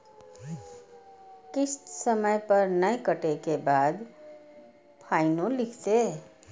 किस्त समय पर नय कटै के बाद फाइनो लिखते?